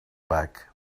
back